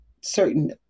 certain